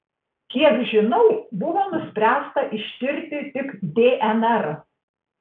kiek žinau buvo nuspręsta ištirti tik dnr